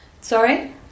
Sorry